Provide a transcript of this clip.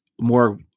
more